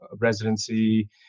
residency